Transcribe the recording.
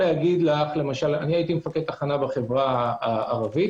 הייתי מפקד תחנה בחברה הערבית,